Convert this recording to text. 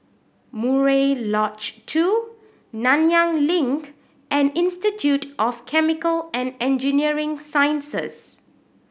Murai Lodge Two Nanyang Link and Institute of Chemical and Engineering Sciences